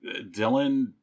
dylan